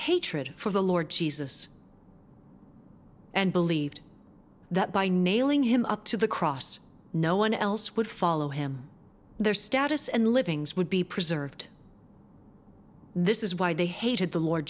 hatred for the lord jesus and believed that by nailing him up to the cross no one else would follow him their status and livings would be preserved this is why they hated the lord